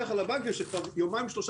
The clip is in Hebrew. מאגף המפקח על הבנקים שכבר יומיים-שלושה